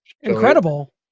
Incredible